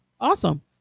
Awesome